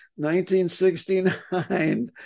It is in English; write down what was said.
1969